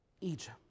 Egypt